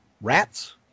rats